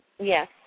Yes